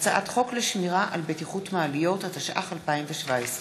הצעת חוק לשמירה על בטיחות מעליות, התשע"ח 2017,